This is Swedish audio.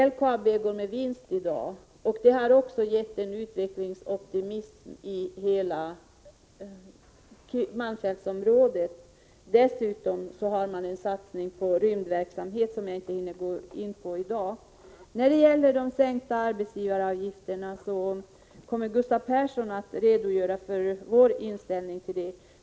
LKAB går med vinst i dag. Detta har också medfört en utvecklingsoptimism i hela malmfältsområdet. Dessutom gör man en satsning på rymdverksamhet, som jag inte hinner gå in på i dag. När det gäller de sänkta arbetsgivaravgifterna kommer Gustav Persson att redogöra för vår inställning.